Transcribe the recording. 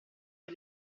per